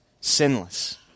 sinless